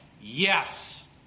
Yes